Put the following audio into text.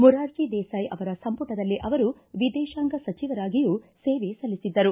ಮುರಾರ್ಜಿ ದೇಸಾಯಿ ಅವರ ಸಂಪುಟದಲ್ಲಿ ಅವರು ವಿದೇಶಾಂಗ ಸಚಿವರಾಗಿಯೂ ಸೇವೆ ಸಲ್ಲಿಸಿದ್ದರು